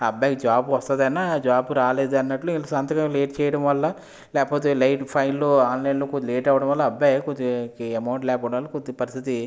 ఆ అబ్బాయికి జాబ్ వస్తుందనా జాబ్ రాలేదన్నట్లు వీళ్ళు సంతకం లేట్ చెయ్యడం వల్ల లేకపోతే లేట్ ఫైళ్ళు ఆన్లైన్లో కొద్దిగా లేట్ అవ్వడం వల్ల అబ్బాయికి కొద్దిగ అమౌంట్ లేకపోవడం వల్ల కొద్దిగ పరిస్థితి